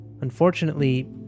Unfortunately